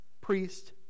priest